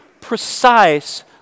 precise